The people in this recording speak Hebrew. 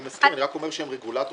אני מזכיר: אני רק אומר שהם רגולטור,